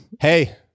Hey